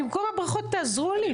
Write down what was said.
במקום הברכות תעזרו לי פשוט.